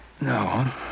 No